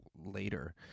later